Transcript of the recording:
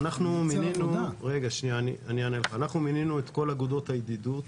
אנחנו מינינו את כל אגודות הידידות.